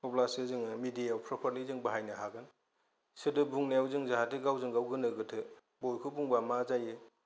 अब्लासो जोङो मिदियायाव प्रफारलि बाहायनो हागोन सोदोब बुनायाव जों जाहाथे गावजों गाव गोनो गोथो बबेखौ बुंबा मा जायो